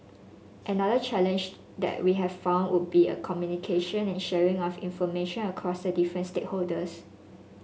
another challenged that we have found would be in communication and sharing of information across the different stakeholders